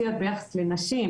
שהיחס לנשים,